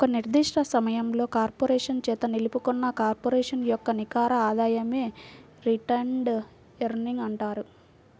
ఒక నిర్దిష్ట సమయంలో కార్పొరేషన్ చేత నిలుపుకున్న కార్పొరేషన్ యొక్క నికర ఆదాయమే రిటైన్డ్ ఎర్నింగ్స్ అంటారు